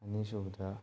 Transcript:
ꯑꯅꯤꯁꯨꯕꯗ